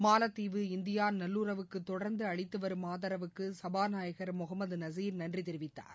மாலத்தீவு இந்தியா நல்லுறவுக்கு தொடர்ந்து அளித்துவரும் ஆதரவுக்கு சபாநாயகர் முஹமது நசீர் நன்றி தெரிவித்தார்